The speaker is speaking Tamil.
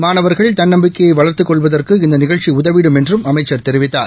மாணவர்கள் தன்னம்பிக்கையை வளர்த்துக் கொள்வதற்கு இந்த நிகழ்ச்சி உதவிடும் என்றும் அமைச்ச் தெரிவித்தார்